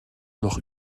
noch